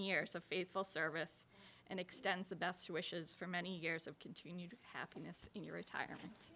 years of faithful service and extends the best wishes for many years of continued happiness in your retirement